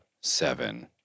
seven